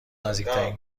نزدیکترین